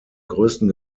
größten